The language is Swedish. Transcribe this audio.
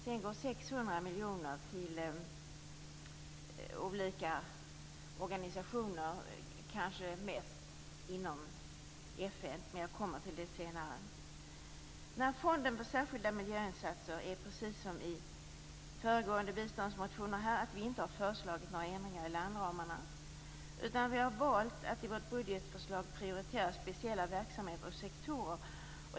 Sedan går 600 miljoner till olika organisationer, de flesta inom FN. Jag återkommer till det senare. När det gäller fonden för särskilda miljöinsatser är det precis som i föregående biståndsmotioner att vi inte har föreslagit några ändringar i landramarna. I vårt budgetförslag har vi valt att prioritera speciella verksamheter och sektorer.